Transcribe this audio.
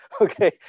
Okay